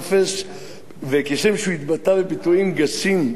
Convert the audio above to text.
וכשם שהוא התבטא בביטויים גסים וקשים כלפי,